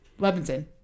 Levinson